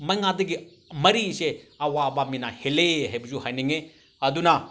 ꯃꯉꯥꯗꯒꯤ ꯃꯔꯤꯁꯦ ꯑꯋꯥꯕ ꯃꯤꯅ ꯍꯦꯜꯂꯦ ꯍꯥꯏꯕꯁꯨ ꯍꯥꯏꯅꯤꯡꯉꯤ ꯑꯗꯨꯅ